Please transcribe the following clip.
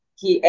que